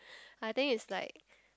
I think it's like